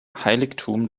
heiligtum